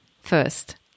First